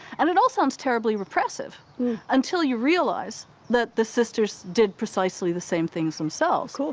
and it all sounds terribly repressive until you realise that the sisters did precisely the same things themselves. so